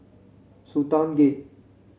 Sultan Gate